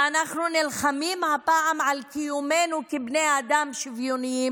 שאנחנו נלחמים הפעם על קיומנו כבני אדם שוויוניים,